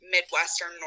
Midwestern